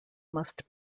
must